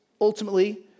ultimately